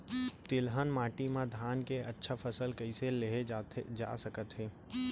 तिलहन माटी मा धान के अच्छा फसल कइसे लेहे जाथे सकत हे?